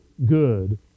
Good